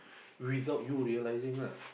without you realising lah